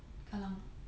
kallang uh